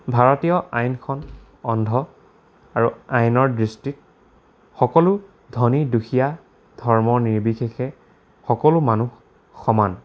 ভাৰতীয় আইনখন অন্ধ আৰু আইনৰ দৃষ্টিত সকলো ধনী দুখীয়া ধৰ্মৰ নিৰ্বিশেষে সকলো মানুহ সমান